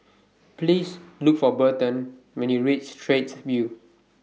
Please Look For Burton when YOU REACH Straits View